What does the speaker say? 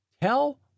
Tell